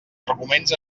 arguments